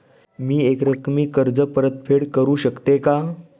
मी एकरकमी कर्ज परतफेड करू शकते का?